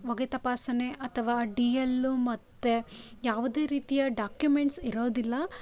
ಹೊಗೆ ತಪಾಸಣೆ ಅಥವಾ ಡಿ ಎಲ್ಲು ಮತ್ತು ಯಾವುದೇ ರೀತಿಯ ಡಾಕ್ಯುಮೆಂಟ್ಸ್ ಇರೋದಿಲ್ಲ